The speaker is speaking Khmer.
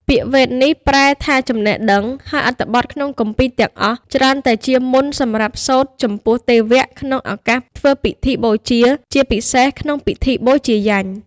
ពាក្យវេទនេះប្រែថា ចំណេះដឹង ហើយអត្ថបទក្នុងគម្ពីរទាំងអស់ច្រើនតែជាមន្ត សម្រាប់សូត្រចំពោះទេវៈ ក្នុងឱកាសធ្វើពិធីបូជា ជាពិសេសក្នុងពិធីបូជាយញ្ញ។